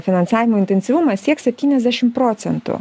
finansavimo intensyvumas sieks septyniadešim procentų